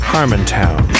Harmontown